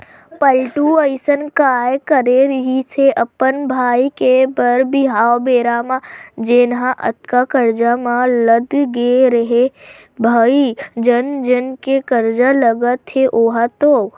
पलटू अइसन काय करे रिहिस हे अपन भाई के बर बिहाव बेरा म जेनहा अतका करजा म लद गे हे रे भई जन जन के करजा लगत हे ओहा तो